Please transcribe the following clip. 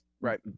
Right